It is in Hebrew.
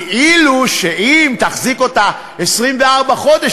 כאילו אם תחזיק אותה 24 חודש,